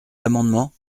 l’amendement